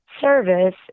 service